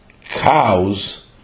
cows